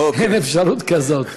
אין אפשרות כזאת.